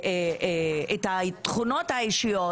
את התכונות האישיות,